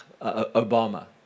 Obama